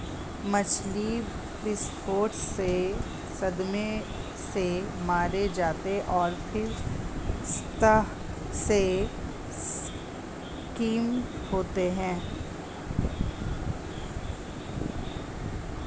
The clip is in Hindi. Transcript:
मछली विस्फोट से सदमे से मारे जाते हैं और फिर सतह से स्किम्ड होते हैं